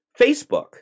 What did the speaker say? Facebook